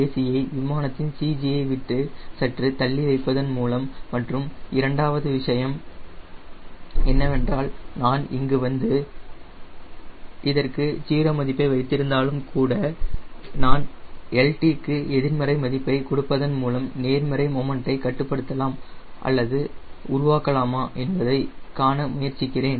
c of the wing விமானத்தின் CG ஐ விட்டு சற்று தள்ளி வைப்பதன் மூலம் மற்றும் இரண்டாவது விஷயம் என்னவென்றால் நான் இங்கு வந்து இதற்கு 0 மதிப்பை வைத்திருந்தாலும் கூட நான் lt க்கு எதிர்மறை மதிப்பை கொடுப்பதன் மூலம் நேர்மறை மொமன்டை கட்டுப்படுத்தலாம் அல்லது உருவாக்கலாமா என்பதை காண முயற்சிக்கிறேன்